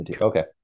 Okay